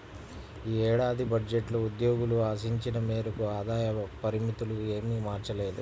ఈ ఏడాది బడ్జెట్లో ఉద్యోగులు ఆశించిన మేరకు ఆదాయ పరిమితులు ఏమీ మార్చలేదు